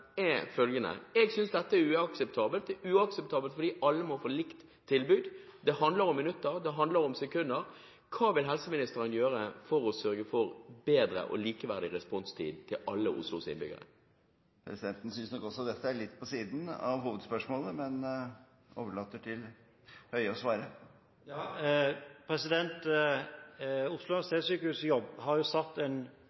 Jeg synes dette er uakseptabelt. Det er uakseptabelt fordi alle må få likt tilbud. Det handler om minutter, det handler om sekunder. Spørsmålet mitt til helseministeren er: Hva vil helseministeren gjøre for å sørge for bedre og likeverdig responstid til alle Oslos innbyggere? Presidenten synes nok også dette spørsmålet er litt på siden av hovedspørsmålet, men overlater til Høie å svare. Oslo